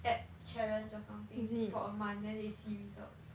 ab challenge or something for a month then they see results